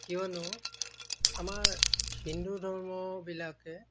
কিয়নো আমাৰ হিন্দু ধৰ্মবিলাকে